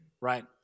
right